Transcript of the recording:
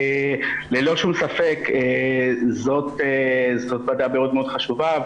ללא שום ספק, זו ועדה מאוד חשובה.